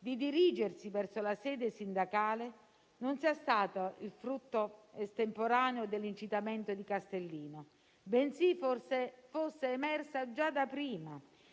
di dirigersi verso la sede sindacale non sia stata il frutto estemporaneo dell'incitamento di Castellino, ma fosse emersa già da prima,